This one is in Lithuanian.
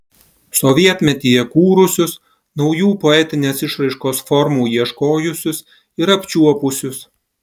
sovietmetyje kūrusius naujų poetinės išraiškos formų ieškojusius ir apčiuopusius